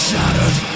Shattered